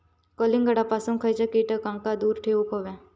कलिंगडापासून खयच्या कीटकांका दूर ठेवूक व्हया?